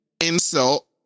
insult